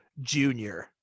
Junior